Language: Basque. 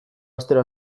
astero